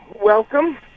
welcome